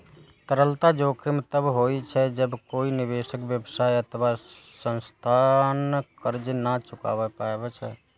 तरलता जोखिम तब होइ छै, जब कोइ निवेशक, व्यवसाय अथवा संस्थान कर्ज नै चुका पाबै छै